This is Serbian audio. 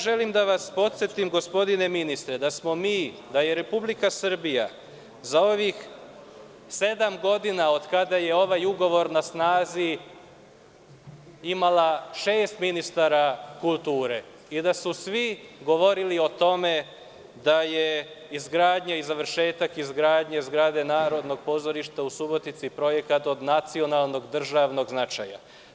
Želim da vas podsetim, gospodine ministre, da smo mi, da je Republika Srbija za ovih sedam godina, od kada je ovaj ugovor na snazi, imala šest ministara kulture i da su svi govorili o tome da je izgradnja i završetak izgradnje zgrade Narodnog pozorišta u Subotici projekat od nacionalnog državnog značaja.